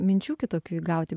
minčių kitokių įgauti